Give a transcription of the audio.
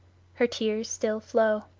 her tears still flow,